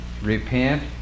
Repent